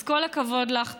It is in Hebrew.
אז כל הכבוד לך,